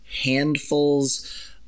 Handfuls